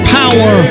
power